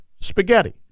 spaghetti